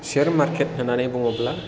share market होननानै बुङोब्ला